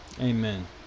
Amen